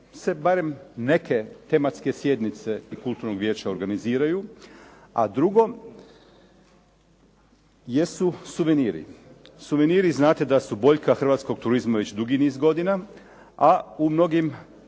se barem neke tematske sjednice Kulturnog vijeća organiziraju. A drugo su suveniri. Suveniri znate da su boljka hrvatskog turizma već dugi niz godina a u mnogim